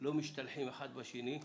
לא משתלחים אחד בשני,